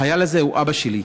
החייל הזה הוא אבא שלי.